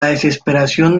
desesperación